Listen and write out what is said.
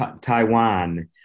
Taiwan